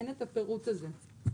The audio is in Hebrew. אין את הפירוט הזה.